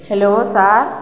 hello sir